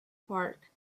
park